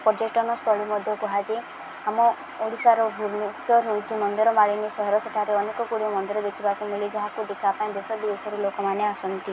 ପର୍ଯ୍ୟଟନସ୍ଥଳୀ ମଧ୍ୟ କୁହାଯାଏ ଆମ ଓଡ଼ିଶାର ଭୁବନେଶ୍ୱର ହେଉଛି ମନ୍ଦିର ମଳିନୀ ସହର ସେଠାରେ ଅନେକ ଗୁଡ଼ିଏ ମନ୍ଦିର ଦେଖିବାକୁ ମିଳେ ଯାହାକୁ ଦେଖା ପାଇଁ ଦେଶ ବିଦେଶରୁ ଲୋକମାନେ ଆସନ୍ତି